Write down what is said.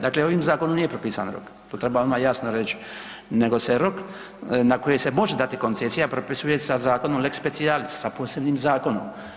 Dakle, ovim zakonom nije propisan rok, to treba odmah jasno reć, nego se rok na koji se može dati koncesija propisuje sa zakonom lex specialis, sa posebnim zakonom.